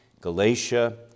Galatia